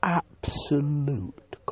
absolute